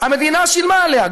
המדינה שילמה עליה,